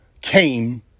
came